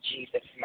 Jesus